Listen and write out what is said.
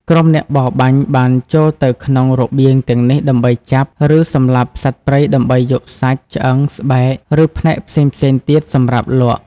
ក្រុមអ្នកបរបាញ់បានចូលទៅក្នុងរបៀងទាំងនេះដើម្បីចាប់ ឬសម្លាប់សត្វព្រៃដើម្បីយកសាច់ ឆ្អឹង ស្បែក ឬផ្នែកផ្សេងៗទៀតសម្រាប់លក់។